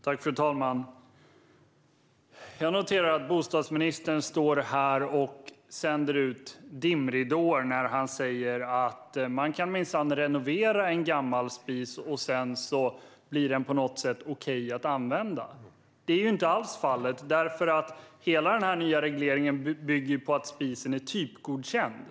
Fru talman! Jag noterar att bostadsministern står här och sänder ut dimridåer när han säger att man minsann kan renovera en gammal spis så att den blir okej att använda. Det är ju inte alls fallet, eftersom hela den nya regleringen bygger på att spisen är typgodkänd.